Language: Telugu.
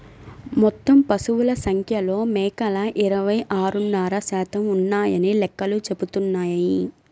మొత్తం పశువుల సంఖ్యలో మేకలు ఇరవై ఆరున్నర శాతం ఉన్నాయని లెక్కలు చెబుతున్నాయి